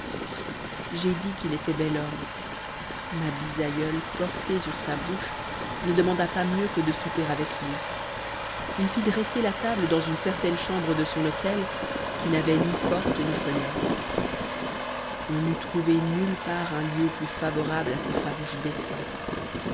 j'ai dit qu'il était bel homme ma bisaïeule portée sur sa bouche ne demanda pas mieux que de souper avec lui il fit dresser la table dans une certaine chambre de son hôtel qui n'avait ni porte ni fenêtre on n'eut trouvé nul part un lieu plus favorable à ses farouches desseins